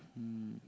mm